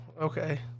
okay